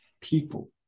people